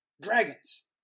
dragons